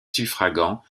suffragant